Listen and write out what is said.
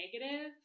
negative